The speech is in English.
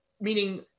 meaning